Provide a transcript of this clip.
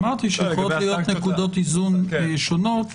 אמרתי שיכולות להיות נקודות איזון שונות.